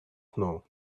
snow